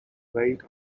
parade